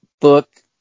book